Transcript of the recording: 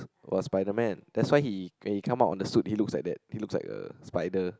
was Spiderman that's why he when he come out of the suit he looks like that he looks like a spider